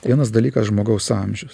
vienas dalykas žmogaus amžius